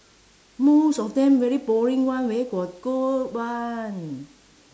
most of them very boring [one] where got good [one]